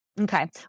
okay